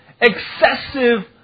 excessive